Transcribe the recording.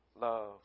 love